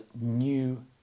new